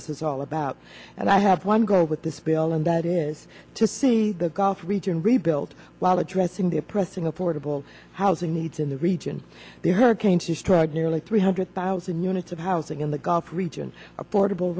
this is all about and i have one goal with this bill and that is to see the gulf region rebuilt while addressing their pressing affordable housing needs in the region the hurricane to structurally three hundred thousand units of housing in the gulf region affordable